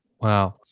Wow